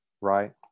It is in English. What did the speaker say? right